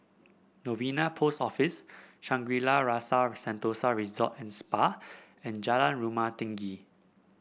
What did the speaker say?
Novena Post Office Shangri La's Rasa Sentosa Resort and Spa and Jalan Rumah Tinggi